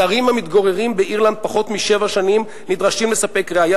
זרים המתגוררים באירלנד פחות משבע שנים נדרשים לספק ראיה